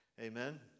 Amen